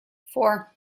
four